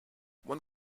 one